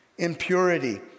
impurity